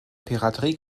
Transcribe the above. piraterie